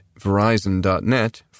verizon.net